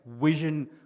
vision